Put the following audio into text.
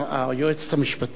היועצת המשפטית.